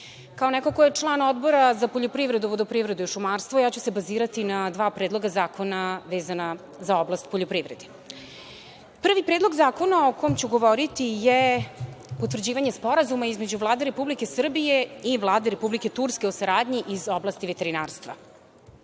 neko ko je član Odbora za poljoprivredu, vodoprivredu i šumarstvo ja ću se bazirati na dva predloga zakona vezana za oblast poljoprivrede. Prvi Predlog zakona o kom ću govoriti je potvrđivanje Sporazuma između Vlade Republike Srbije i Vlade Republike Turske o saradnji iz oblasti veterinarstva.